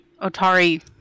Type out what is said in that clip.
Otari